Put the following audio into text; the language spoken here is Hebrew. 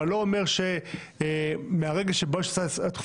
ואני לא אומר שמהרגע שבו יש הצעה דחופה